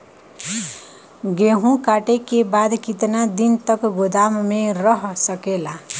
गेहूँ कांटे के बाद कितना दिन तक गोदाम में रह सकेला?